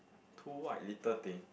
two white little thing